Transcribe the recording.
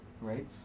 right